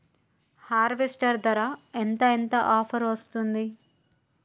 Harvester ధర ఎంత ఎంత ఆఫర్ వస్తుంది?